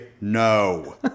no